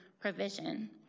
provision